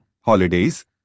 holidays